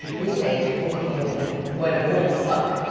we say, volkojebina, where the wolves fuck.